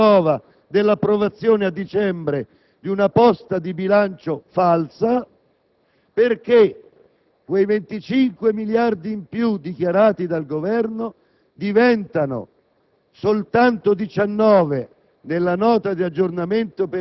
(che, continuo a sostenere, rappresentano la controprova dell'approvazione a dicembre di una posta di bilancio falsa), quei 25 miliardi in più dichiarati dal Governo, diventano